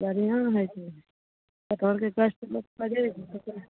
बढ़ियाँ होइ छै कटहरके